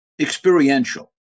experiential